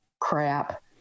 crap